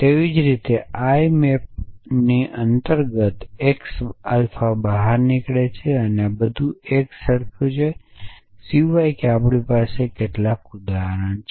તેવી જ રીતે i મેપઓની અંતર્ગત એક્સ આલ્ફા બહાર નીકળે છે આ બધું એક સરખા છે સિવાય કે આપણી પાસે કેટલાક છે